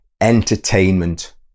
entertainment